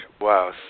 wow